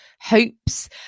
hopes